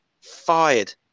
fired